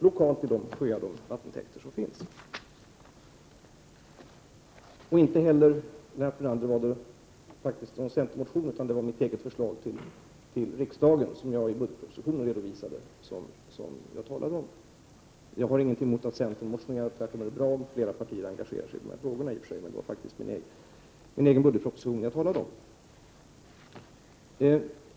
Lennart Brunander, jag talade inte om någon centermotion utan om mitt förslag som jag redovisade i budgetpropositionen. Jag har ingenting emot att centern motionerar. Tvärtom är det bra om fler partier engagerar sig i de här frågorna, men det var faktiskt min egen del av budgetpropositionen som jag talade om.